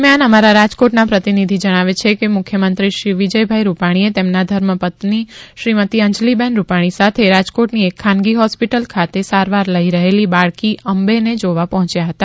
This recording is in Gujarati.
દરમિયાન અમારા રાજકોટના પ્રતિનિધિ જણાવે છે કે મુખ્યમંત્રીશ્રી વિજયભાઈ રૂપાણી તેમના ધર્મપત્ની શ્રીમતી અંજલિબેન રૂપાણી સાથે રાજકોટની એક ખાનગી હોસ્પિટલ ખાતે સારવાર લઈ રહેલી બાળકી અંબેને જોવા પહોંચ્યા હતા